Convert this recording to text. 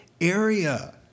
area